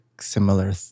similar